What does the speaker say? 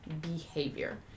behavior